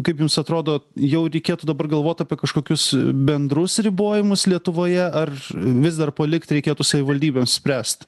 kaip jums atrodo jau reikėtų dabar galvot apie kažkokius bendrus ribojimus lietuvoje ar vis dar palikt reikėtų savivaldybėms spręst